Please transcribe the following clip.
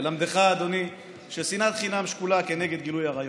ללמדך, אדוני, ששנאת חינם שקולה כנגד גילוי עריות,